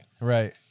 Right